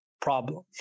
problem